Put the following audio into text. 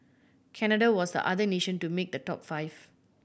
Canada was the other nation to make the top five